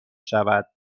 شود